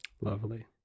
Lovely